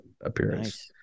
appearance